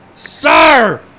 Sir